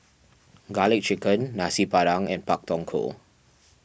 Garlic Chicken Nasi Padang and Pak Thong Ko